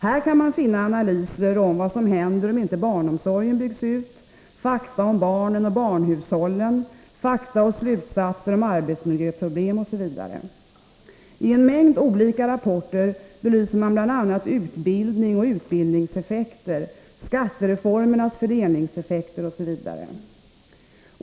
Här kan man finna analyser om vad som händer om inte barnomsorgen byggs ut, fakta om barnen och barnhushållen, fakta och slutsatser om arbetsmiljöproblem etc. I en mängd olika rapporter belyser man bl.a. utbildning och utbildningseffekter, skatteformernas fördelningseffekter osv.